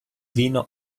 vino